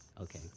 okay